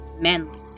Manly